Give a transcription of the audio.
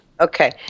Okay